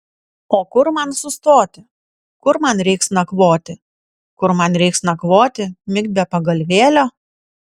o kur man sustoti kur man reiks nakvoti kur man reiks nakvoti migt be pagalvėlio